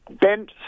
bent